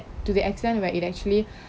to the extent where it actually